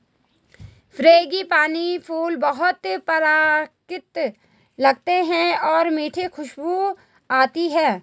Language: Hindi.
फ्रेंगिपानी फूल बहुत परिष्कृत लगते हैं और मीठी खुशबू आती है